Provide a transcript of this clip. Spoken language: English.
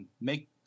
Make